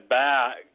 back